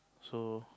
so